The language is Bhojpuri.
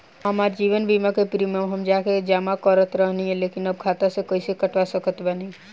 हमार जीवन बीमा के प्रीमीयम हम जा के जमा करत रहनी ह लेकिन अब खाता से कइसे कटवा सकत बानी?